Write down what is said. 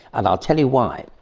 and i'll tell you why.